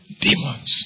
demons